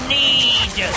need